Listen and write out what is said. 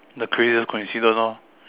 the crazy coincident loh